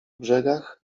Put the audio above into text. brzegach